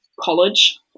college